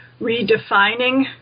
redefining